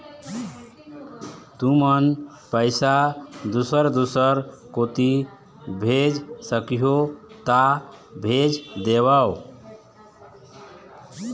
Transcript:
तुमन पैसा दूसर दूसर कोती भेज सखीहो ता भेज देवव?